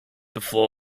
before